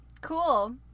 cool